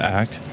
act